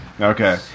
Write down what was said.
Okay